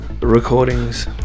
recordings